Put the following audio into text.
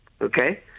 okay